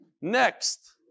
Next